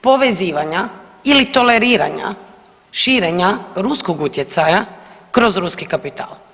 povezivanja ili toleriranja širenja ruskog utjecaja kroz ruski kapital.